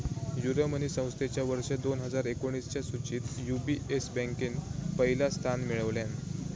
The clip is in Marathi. यूरोमनी संस्थेच्या वर्ष दोन हजार एकोणीसच्या सुचीत यू.बी.एस बँकेन पहिला स्थान मिळवल्यान